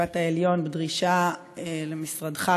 לבית-המשפט העליון בדרישה שמשרדך,